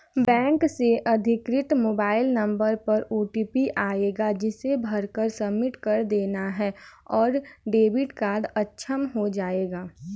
bank से अधिकृत mobile number पर ओटीपी आएगा जिसे भरकर सबमिट कर देना है और डेबिट कार्ड अक्षम हो जाएगा